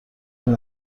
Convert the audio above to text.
این